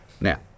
Now